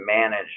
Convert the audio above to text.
manage